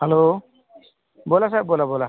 hello बोला साहेब बोला बोला